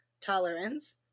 tolerance